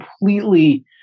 completely